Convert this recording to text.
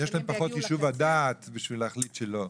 אבל שהם יש להם פחות ישוב הדעת בשביל להחליט שלא.